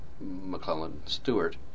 McClellan-Stewart